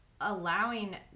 allowing